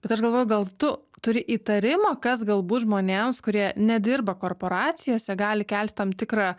bet aš galvoju gal tu turi įtarimą kas galbūt žmonėms kurie nedirba korporacijose gali kelti tam tikrą